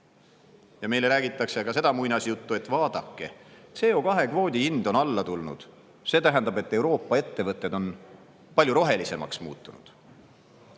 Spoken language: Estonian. meile räägitakse ka seda muinasjuttu, et vaadake, CO2kvoodi hind on alla tulnud, ja see tähendab, et Euroopa ettevõtted on palju rohelisemaks muutunud.